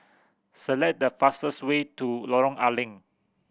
select the fastest way to Lorong Ar Leng